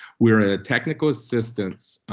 we're a technical assistance